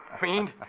fiend